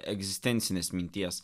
egzistencinės minties